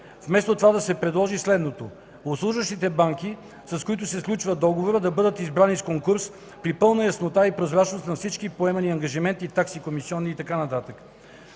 Вместо това да се предложи следното. Обслужващите банки, с които се сключва договорът, да бъдат избрани с конкурс, при пълна яснота и прозрачност на всички поемани ангажименти, такси, комисионни и така нататък.